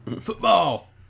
Football